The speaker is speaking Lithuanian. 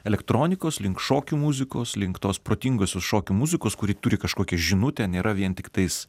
elektronikos link šokių muzikos link tos protingosios šokių muzikos kuri turi kažkokią žinutę nėra vien tiktais